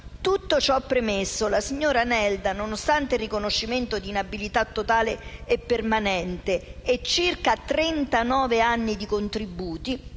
Tutto ciò premesso, la signora Nelda, nonostante il riconoscimento di inabilità totale e permanente e circa trentanove anni di contributi,